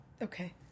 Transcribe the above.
Okay